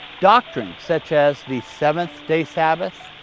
doctrines such as the seventh-day sabbath,